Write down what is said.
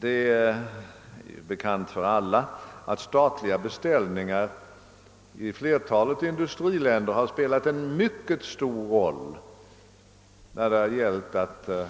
Det är bekant för alla att statliga beställningar i flertalet industriländer spelat en mycket stor roll för att